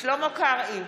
שלמה קרעי,